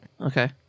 Okay